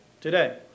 today